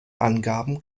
angaben